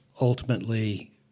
ultimately